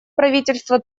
правительства